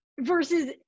versus